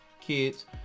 kids